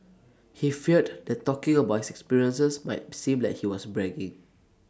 he feared that talking about his experiences might seem like he was bragging